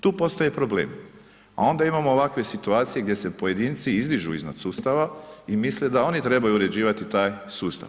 Tu postoje problemi, a onda imamo ovakve situacije gdje se pojedinci izdižu iznad sustava i misle da oni trebaju uređivati taj sustav.